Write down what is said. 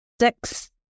six